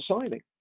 signing